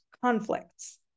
conflicts